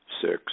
six